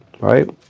Right